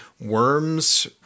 worms